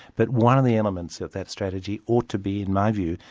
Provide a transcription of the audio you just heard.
but one of the elements of that strategy ought to be, in my view,